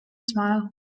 smile